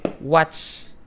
watch